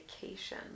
vacation